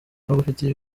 bagufitiye